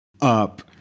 up